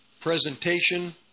Presentation